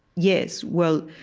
yes. well,